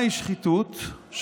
"מהי שחיתות?" אובדן הזהות היהודית.